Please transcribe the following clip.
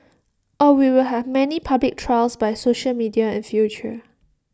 or we will have many public trials by social media in future